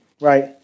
right